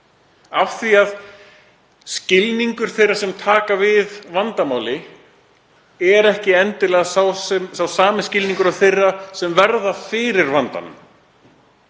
af því að skilningur þeirra sem taka við vandamáli er ekki endilega sami skilningur og þeirra sem verða fyrir vandanum.